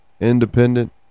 independent